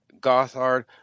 Gothard